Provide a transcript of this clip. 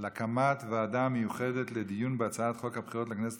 הקמת ועדה מיוחדת לדיון בהצעת חוק הבחירות לכנסת